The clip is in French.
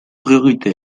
priorités